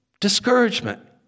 discouragement